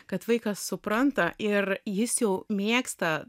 kad vaikas supranta ir jis jau mėgsta